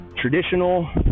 traditional